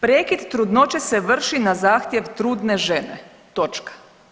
Prekid trudnoće se vrši na zahtjev trudne žene, točka.